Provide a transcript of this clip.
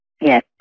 yes